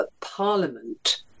parliament